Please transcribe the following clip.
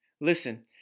Listen